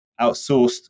outsourced